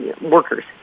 workers